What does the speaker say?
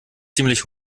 ziemlich